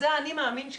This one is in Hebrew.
זה האני מאמין שלי,